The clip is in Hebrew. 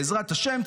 בעזרת השם,